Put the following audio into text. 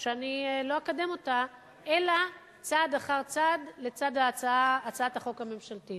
שאני לא אקדם אותה אלא צעד אחר צעד לצד הצעת החוק הממשלתית.